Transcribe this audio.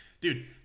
Dude